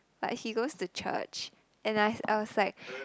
but he goes to church and I was like